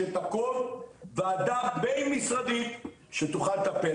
שאת הכל ועדה בין משרדית שתוכל לטפל.